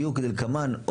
יהיו כדלקמן...".